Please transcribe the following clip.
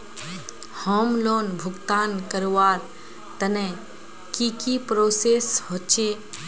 Home loan भुगतान करवार तने की की प्रोसेस होचे?